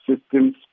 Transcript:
systems